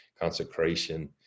consecration